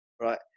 right